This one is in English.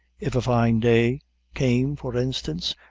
if a fine day came, for instance,